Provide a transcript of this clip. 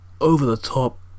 over-the-top